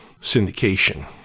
syndication